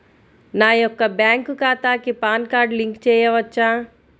నా యొక్క బ్యాంక్ ఖాతాకి పాన్ కార్డ్ లింక్ చేయవచ్చా?